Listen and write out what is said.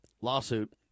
lawsuit